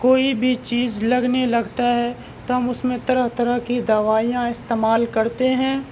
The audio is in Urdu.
کوئی بھی چیز لگنے لگتا ہے تو ہم اس میں طرح طرح کی دوائیاں استعمال کرتے ہیں